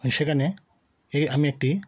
আমি সেখানে এই আমি একটি